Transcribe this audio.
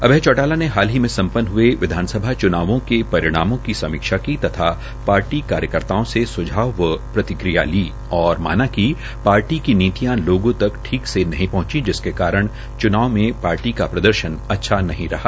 अभय चौटाला ने हाल ही चुनाव में सम्मपन्न हये विधानसभा चुनावों के परिणामों की समीक्षा की त्था माना कि पार्टी कार्यकर्ताओं से सुझाव व प्रतिक्रया ली और माना कि पार्टी की नीतियां लोगों तक ठीक से नहीं पहंची जिसके कारण चुनाव मे प्रदर्शन अच्छा नहीं रहा